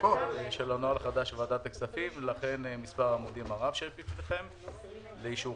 על מנת למנוע מעמותות לחכות את כל פרק הזמן הזה ולחסוך